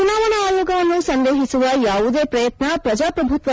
ಚುನಾವಣಾ ಆಯೋಗವನ್ನು ಸಂದೇಹಿಸುವ ಯಾವುದೇ ಪ್ರಯತ್ನ ಪ್ರಜಾಪ್ರಭುತ್ನ